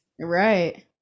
Right